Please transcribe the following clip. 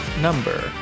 number